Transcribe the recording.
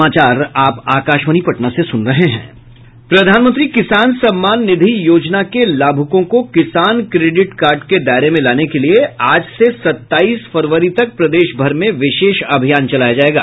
प्रधानमंत्री किसान सम्मान निधि योजना के लाभूकों को किसान क्रेडिट कार्ड के दायरे में लाने के लिए आज से सताईस फरवरी तक प्रदेश भर में विशेष अभियान चलाया जायेगा